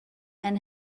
and